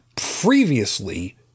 previously